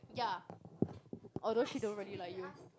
ya although she don't really like you